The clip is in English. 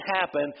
happen